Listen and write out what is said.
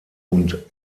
und